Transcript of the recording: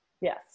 yes